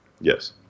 Yes